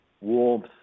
Warmth